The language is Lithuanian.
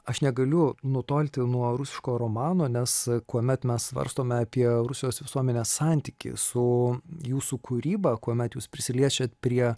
aš negaliu nutolti nuo rusiško romano nes kuomet mes svarstome apie rusijos visuomenės santykį su jūsų kūryba kuomet jūs prisiliečiat prie